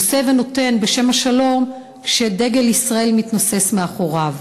נושא ונותן בשם השלום כשדגל ישראל מתנוסס מאחוריו,